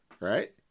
right